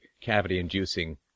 cavity-inducing